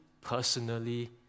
personally